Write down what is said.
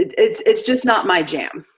it's it's just not my jam,